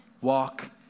Walk